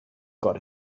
got